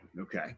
okay